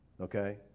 Okay